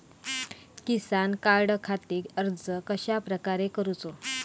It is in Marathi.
किसान कार्डखाती अर्ज कश्याप्रकारे करूचो?